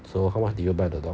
so how much do you buy the dog